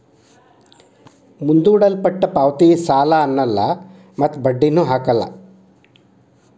ಮುಂದೂಡಲ್ಪಟ್ಟ ಪಾವತಿ ಸಾಲ ಅನ್ನಲ್ಲ ಮತ್ತು ಬಡ್ಡಿನು ಹಾಕಲ್ಲ